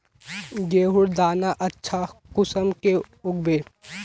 गेहूँर दाना अच्छा कुंसम के उगबे?